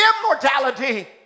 immortality